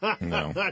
No